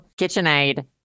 KitchenAid